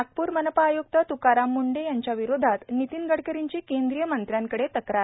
नागपूर मनपा आय्क्त त्काराम मूंडे विरोधात नितीन गडकारींची केंद्रीय मंत्र्यांकडे तक्रार